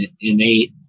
innate